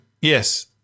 Yes